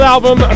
Album